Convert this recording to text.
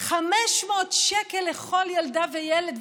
500 שקל לכל ילדה וילד,